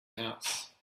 house